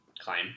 claim